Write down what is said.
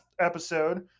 episode